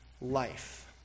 life